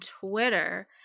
Twitter